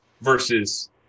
Versus